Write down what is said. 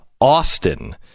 Austin